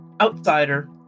outsider